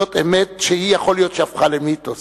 זאת אמת שיכול להיות שהפכה למיתוס,